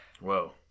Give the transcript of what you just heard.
Whoa